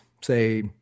say